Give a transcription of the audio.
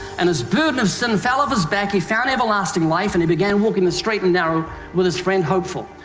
and his burden of sin fell off his back. he found everlasting life and he began walking the straight and narrow with his friend hopeful.